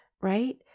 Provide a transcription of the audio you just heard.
Right